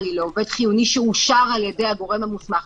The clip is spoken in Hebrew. היא לעובד חיוני שאושר על ידי הגורם המוסמך,